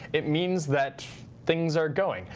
it means that things are going.